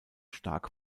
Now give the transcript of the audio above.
stark